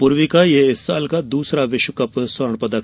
अपूर्वी का यह इस साल का दूसरा विश्व कप स्वर्ण पदक है